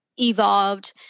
evolved